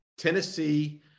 Tennessee